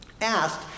asked